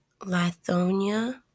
Lithonia